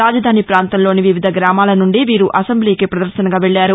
రాజధాని ప్రాంతంలోని వివిధ గ్రామాలనుండి వీరు అసెంబ్లీకి ప్రదర్భనగా వెళ్ళారు